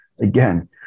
again